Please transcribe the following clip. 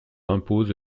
impose